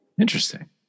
interesting